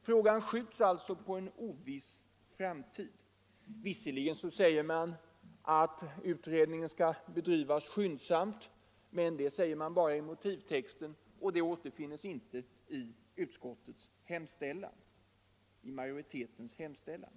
Frågan skjuts alltså på en oviss framtid. Visserligen sägs det att utredningen skall bedrivas skyndsamt, men det sägs bara i motivtexten och det återfinns inte i utskottsmajoritetens hemställan.